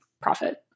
profit